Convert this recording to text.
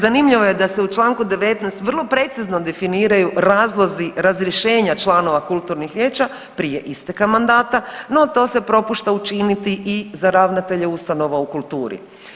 Zanimljivo je da se u članku 19. vrlo precizno definiraju razlozi razrješenja članova kulturnih vijeća prije isteka mandata, no to se propušta učiniti i za ravnatelje ustanova u kulturi.